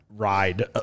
ride